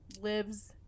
lives